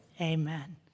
Amen